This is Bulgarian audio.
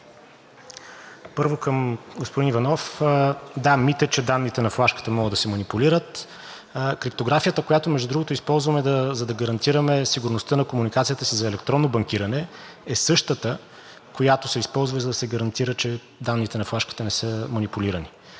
Първо, към господин Иванов. Да, мит е, че данните на флашката могат да се манипулират. Криптографията, която, между другото, използваме, за да гарантираме сигурността на комуникацията си за електронно банкиране, е същата, която се използва, за да се гарантира, че данните на флашката не са манипулирани.